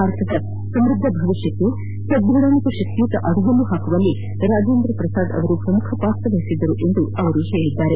ಭಾರತದ ಸಮೃದ್ದ ಭವಿಷ್ಟಕ್ಕೆ ಸಧೃಡ ಹಾಗೂ ಶಕ್ತಿಯುತ ಅಡಿಗಲ್ಲು ಹಾಕುವಲ್ಲಿ ರಾಜೇಂದ್ರ ಪ್ರಸಾದ್ ಪ್ರಮುಖ ಪಾತ್ರ ವಹಿಸಿದ್ದರು ಎಂದು ಅವರು ಹೇಳಿದ್ದಾರೆ